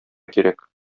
кирәк